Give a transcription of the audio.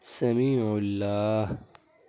سمیع اللہ